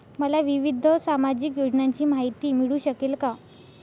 मला विविध सामाजिक योजनांची माहिती मिळू शकेल का?